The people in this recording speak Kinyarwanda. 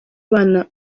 abana